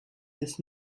this